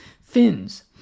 fins